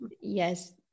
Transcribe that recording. Yes